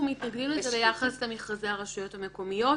ביחס למכרזי הרשויות המקומיות.